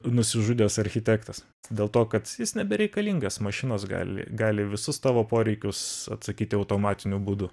nusižudęs architektas dėl to kad jis nebereikalingas mašinos gali gali visus tavo poreikius atsakyti automatiniu būdu